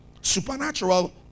Supernatural